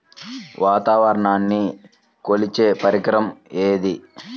వాతావరణాన్ని కొలిచే పరికరం ఏది?